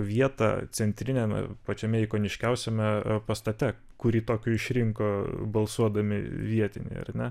vietą centriniame pačiame ikoniškiausiame pastate kurį tokiu išrinko balsuodami vietiniai ar ne